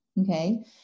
Okay